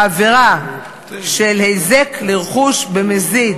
העבירה של היזק לרכוש במזיד,